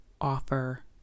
offer